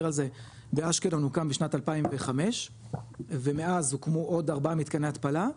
על זה באשקלון הוקם בשנת ,2005 ומאז הוקמו עוד ארבע מתקני התפלה,